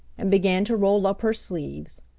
and began to roll up her sleeves.